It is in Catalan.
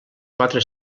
quatre